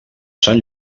sant